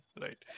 right